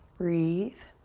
breathe.